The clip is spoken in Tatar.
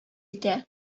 итә